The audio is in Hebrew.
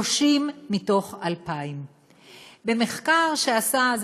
30 מתוך 2,000. במחקר שעשה,